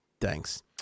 Thanks